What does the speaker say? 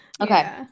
okay